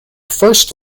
first